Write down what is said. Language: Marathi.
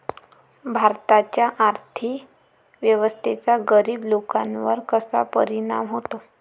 भारताच्या आर्थिक व्यवस्थेचा गरीब लोकांवर कसा परिणाम होतो?